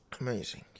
Amazing